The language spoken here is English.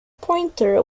pointer